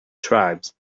tribes